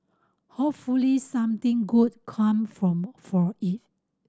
hopefully something good come from for it